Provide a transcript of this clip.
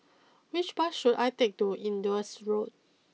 which bus should I take to Indus Road